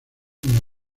una